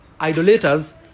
idolaters